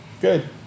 Good